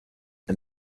and